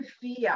fear